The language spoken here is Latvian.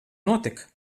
notika